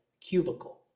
cubicle